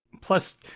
Plus